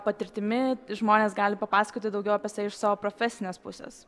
patirtimi žmonės gali papasakoti daugiau apie save iš savo profesinės pusės